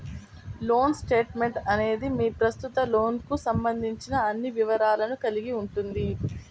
loan statement అనేది మీ ప్రస్తుత లోన్కు సంబంధించిన అన్ని వివరాలను కలిగి ఉంటుంది